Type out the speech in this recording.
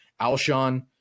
Alshon